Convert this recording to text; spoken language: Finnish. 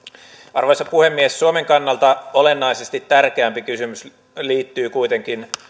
arvoisa puhemies suomen kannalta olennaisesti tärkeämpi kysymys liittyy kuitenkin